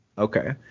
Okay